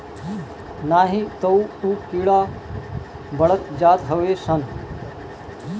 नाही तअ उ कीड़ा बढ़त जात हवे सन